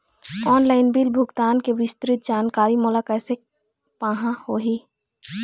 Online bill भुगतान के विस्तृत जानकारी मोला कैसे पाहां होही?